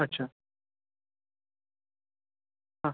अच्छा हां